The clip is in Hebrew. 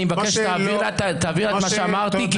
אני מבקש שתעביר לה את מה שאמרתי כי